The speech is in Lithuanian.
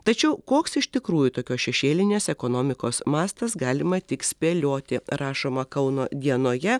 tačiau koks iš tikrųjų tokios šešėlinės ekonomikos mastas galima tik spėlioti rašoma kauno dienoje